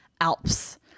Alps